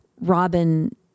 Robin